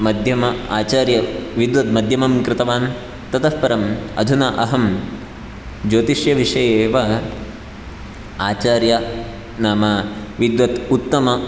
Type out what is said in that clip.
मध्यम आचार्य विद्वद्मध्यमं कृतवान् ततः परम् अधुना अहं ज्योतिष्यविषये एव आचार्य नाम विद्वत् उत्तम